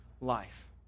life